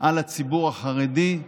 על הציבור החרדי,